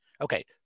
Okay